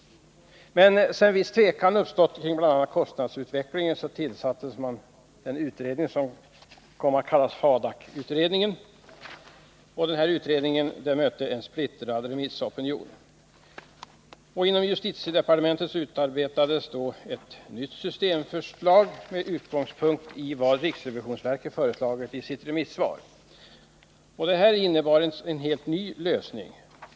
Sedan viss tvekan uppstått kring bl.a. kostnadsutvecklingen tillsattes den s.k. FADAK-utredningen, vilken mötte en splittrad remissopinion. Inom justitiedepartementet utarbetades då ett nytt systemförslag med utgångspunkt i vad riksrevisionsverket föreslagit i sitt remissvar. Detta innebar en helt ny lösning.